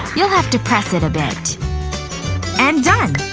you'll have to press it a bit and done